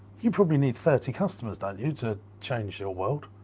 you probably need thirty customers, don't you to change your world,